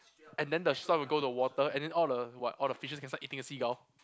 and then the swan will go into the water and the what all the fishes can start eating the seagull